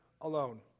alone